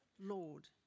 Lord